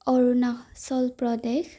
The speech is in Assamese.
অৰুনাচল প্ৰদেশ